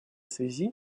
связи